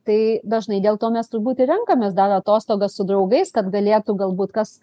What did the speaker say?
tai dažnai dėl to mes turbūt ir renkamės dar atostogas su draugais kad galėtų galbūt kas